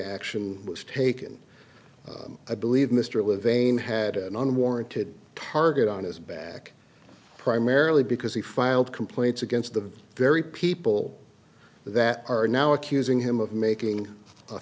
action was taken i believe mr levain had an unwarranted target on his back primarily because he filed complaints against the very people that are now accusing him of making a